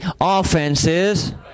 offenses